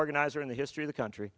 organizer in the history of the country